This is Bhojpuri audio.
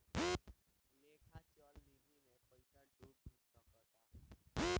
लेखा चल निधी मे पइसा डूब भी सकता